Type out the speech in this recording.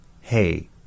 hey